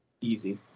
Easy